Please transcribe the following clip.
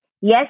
Yes